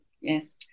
Yes